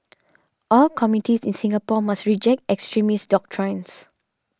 all communities in Singapore must reject extremist doctrines